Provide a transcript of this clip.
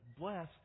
bless